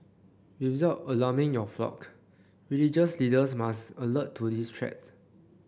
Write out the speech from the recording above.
without alarming your flock religious leaders must alert to this threat